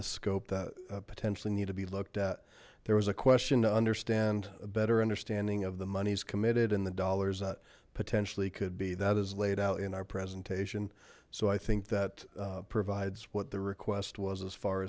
the scope that potentially need to be looked at there was a question to understand a better understanding of the monies committed and the dollars that potentially could be that is laid out in our presentation so i think that provides what the request was as far